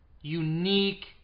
unique